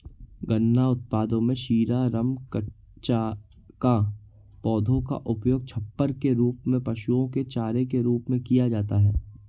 गन्ना उत्पादों में शीरा, रम, कचाका, पौधे का उपयोग छप्पर के रूप में, पशुओं के चारे के रूप में किया जाता है